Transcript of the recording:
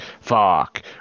fuck